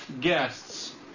guests